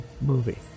movie